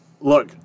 look